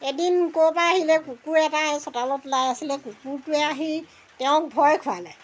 এদিন ক'ৰপৰা আহিলে কুকুৰ এটাই চোতালত ওলাই আছিলে কুকুৰটোৱে আহি তেওঁক ভয় খোৱালে